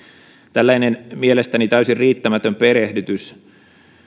tällainen mielestäni täysin riittämätön perehdytys